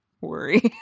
worry